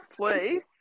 please